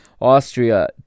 Austria